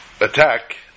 attack